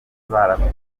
baraguze